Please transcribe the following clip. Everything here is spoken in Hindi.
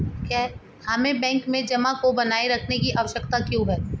हमें बैंक में जमा को बनाए रखने की आवश्यकता क्यों है?